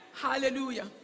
Hallelujah